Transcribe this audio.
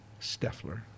Steffler